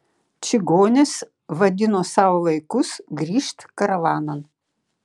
čigonės vadino savo vaikus grįžt karavanan